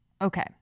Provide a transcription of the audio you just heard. okay